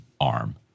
arm